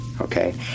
Okay